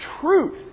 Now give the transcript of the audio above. truth